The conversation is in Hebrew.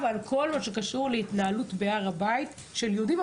על כל מה שקשור להתנהלות בהר הבית של יהודים,